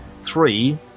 three